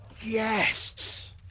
Yes